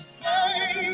say